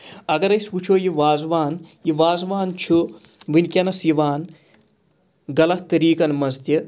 اگر أسۍ وٕچھو یہِ وازوان یہِ وازوان چھُ وٕنکٮ۪نَس یِوان غلط طٔریٖقَن منٛز تہِ